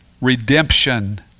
redemption